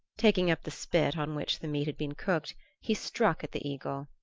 taking up the spit on which the meat had been cooked, he struck at the eagle.